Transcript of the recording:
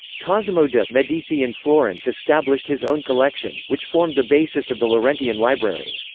cosimo de' medici in florence established his own collection, which formed the basis of the laurentian library.